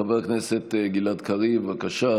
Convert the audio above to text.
חבר הכנסת גלעד קריב, בבקשה.